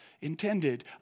intended